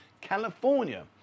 California